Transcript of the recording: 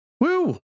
Woo